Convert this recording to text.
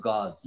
God